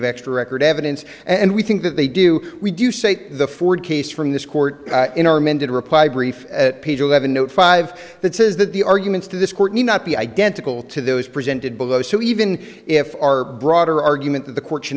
of extra record evidence and we think that they do we do say the ford case from this court in our amended reply brief at page eleven no five that says that the arguments to this court may not be identical to those presented below so even if our broader argument that the court